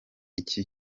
iki